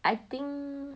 I think